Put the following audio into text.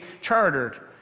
chartered